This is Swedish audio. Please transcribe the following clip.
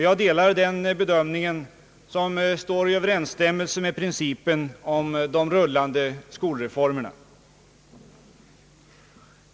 Jag delar den bedömningen, som står i överensstämmelse med principen om de rullande skolreformerna.